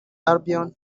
albion